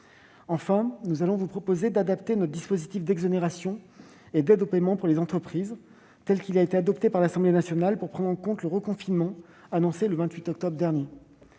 face. Nous allons enfin vous proposer d'adapter notre dispositif d'exonération et d'aide au paiement pour les entreprises, tel qu'il a été adopté à l'Assemblée nationale, pour prendre en compte le reconfinement annoncé le 28 octobre dernier.